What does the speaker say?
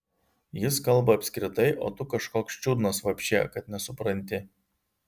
jis kalba apskritai o tu kažkoks čiudnas vapše kad nesupranti